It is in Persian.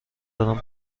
دارم